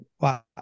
wow